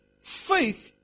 faith